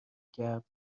کرد